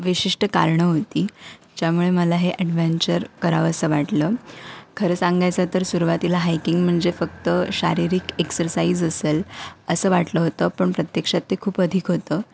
विशिष्ट कारणं होती ज्यामुळे मला हे ॲडव्हेंचर करावंसं वाटलं खरं सांगायचं तर सुरुवातीला हायकिंग म्हणजे फक्त शारीरिक एक्सरसाइज असेल असं वाटलं होतं पण प्रत्यक्षात ते खूप अधिक होतं